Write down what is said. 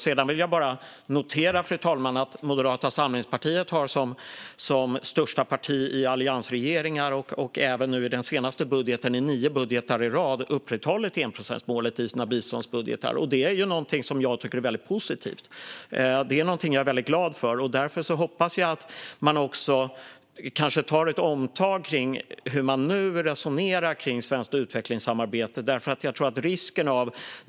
Sedan vill jag bara notera, fru talman, att Moderata samlingspartiet som största parti i alliansregeringar och även nu i den senaste budgeten har upprätthållit enprocentsmålet i nio biståndsbudgetar i rad. Det är någonting som jag tycker är väldigt positivt och som jag är väldigt glad för. Därför hoppas jag att man kanske gör ett omtag i sitt nuvarande resonemang om svenskt utvecklingssamarbete.